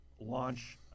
Launch